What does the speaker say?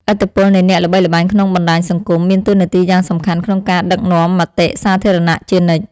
ឥទ្ធិពលនៃអ្នកល្បីល្បាញក្នុងបណ្តាញសង្គមមានតួនាទីយ៉ាងសំខាន់ក្នុងការដឹកនាំមតិសាធារណៈជានិច្ច។